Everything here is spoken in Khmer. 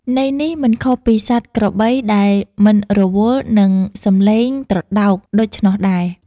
ន័យនេះមិនខុសពីសត្វក្របីដែលមិនរវល់នឹងសម្លេងត្រដោកដូច្នោះដែរ។